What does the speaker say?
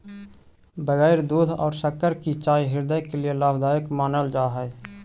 बगैर दूध और शक्कर की चाय हृदय के लिए लाभदायक मानल जा हई